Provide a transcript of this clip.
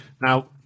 Now